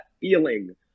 feeling